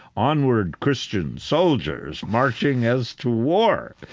onward christian soldiers marching as to war.